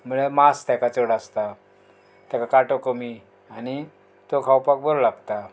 म्हळ्यार मांस तेका चड आसता तेका कांटो कमी आनी तो खावपाक बरो लागता